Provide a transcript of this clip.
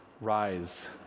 rise